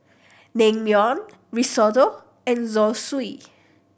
Naengmyeon Risotto and Zosui